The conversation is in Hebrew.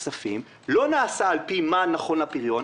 חלק גדול מהכספים לא נעשה על פי מה נכון לפריון,